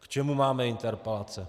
K čemu máme interpelace?